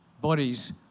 bodies